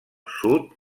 sud